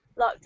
lockdown